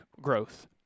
growth